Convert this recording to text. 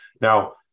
Now